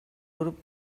grup